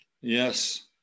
Yes